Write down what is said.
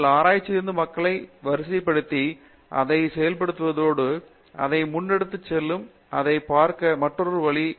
உங்கள் ஆராய்ச்சியிலிருந்து மக்களை வரிசைப்படுத்தி அதைச் செயல்படுத்துவதோடு அதை முன்னெடுத்துச் செல்வதும் இதைப் பார்க்க மற்றொரு வழி